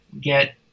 get